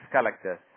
collectors